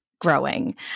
growing